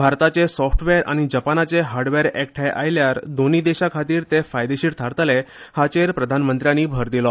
भारताचे स्फोटवॅअर आनी जपानाचे हार्ड वेअर एकठ्याय आयल्यार दोनी देशांखातीर ते फायदेशीर थारतले हाचेर प्रधानमंत्र्यांनी भर दिलो